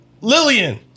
Lillian